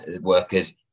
workers